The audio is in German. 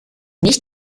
nicht